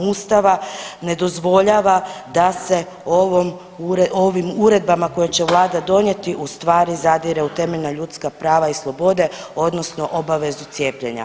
Ustava ne dozvoljava da se ovim uredbama koje će Vlada donijeti ustvari zadire u temeljna ljudska prava i slobode odnosno obavezu cijepljenja.